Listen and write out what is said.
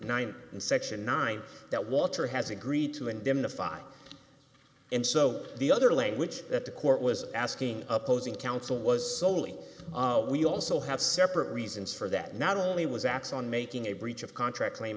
nine in section nine that walter has agreed to indemnify and so the other language that the court was asking opposing counsel was soley we also have separate reasons for that not only was acts on making a breach of contract claim